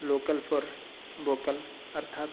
local for vocal अर्थात्